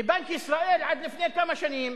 בבנק ישראל עד לפני כמה שנים